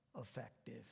effective